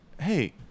hey